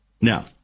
Now